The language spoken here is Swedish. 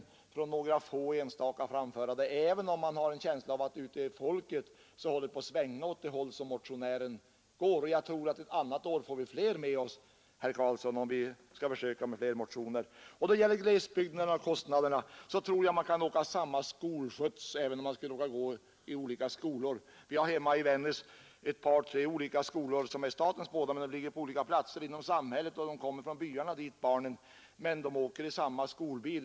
Det är ju mycket svårare för dessa ledamöter att få förslaget genomfört, även om man har en känsla av att det ute bland folket håller på att svänga åt motionärernas håll. Jag tror att ett annat år får vi fler med oss, herr Carlsson, om vi försöker väcka en motion. Då det gäller glesbygderna och kostnaderna, så tror jag att man kan åka med samma skolskjuts även om man skulle råka gå i olika skolor. Vi har hemma i Vännäs ett par tre skolor som alla är statens men ligger på olika platser i samhället. Barnen kommer dit från byarna, men de åker i samma skolbil.